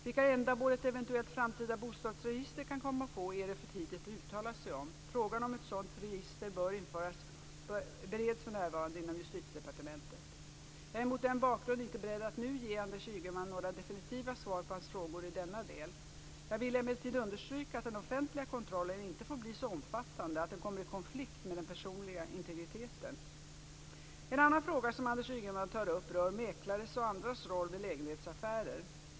Vilka ändamål ett eventuellt framtida bostadsrättsregister kan komma att få är det för tidigt att uttala sig om. Frågan om ett sådant register bör införas bereds för närvarande inom Justitiedepartementet. Jag är mot den bakgrunden inte beredd att nu ge Anders Ygeman några definitiva svar på hans frågor i denna del. Jag vill emellertid understryka att den offentliga kontrollen inte får bli så omfattande att den kommer i konflikt med den personliga integriteten. En annan fråga som Anders Ygeman tar upp rör mäklares och andras roll vid lägenhetsaffärer.